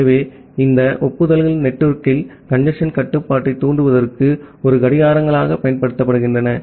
ஆகவே இங்கே இந்த ஒப்புதல்கள் நெட்வொர்க்கில் கஞ்சேஸ்ன் கட்டுப்பாட்டைத் தூண்டுவதற்கு ஒரு கடிகாரங்களாகப் பயன்படுத்தப்படுகின்றன